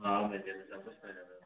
ਹਾਂ ਮਿਲ ਜਾਂਦਾ ਸਭ ਕੁਛ ਮਿਲ ਜਾਂਦਾ